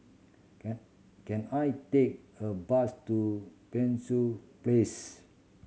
can can I take a bus to Penshurst Place